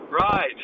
Right